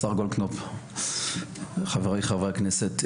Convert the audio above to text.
השר גולדקנופ וחבריי חברי הכנסת,